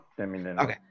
Okay